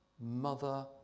mother